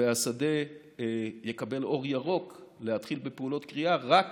והשדה יקבל אור ירוק להתחיל בפעולות כרייה רק